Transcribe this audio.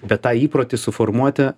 bet tą įprotį suformuoti